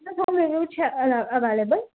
available